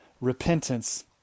repentance